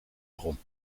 begon